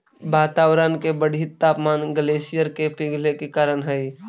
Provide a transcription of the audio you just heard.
वातावरण के बढ़ित तापमान ग्लेशियर के पिघले के कारण हई